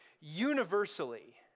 universally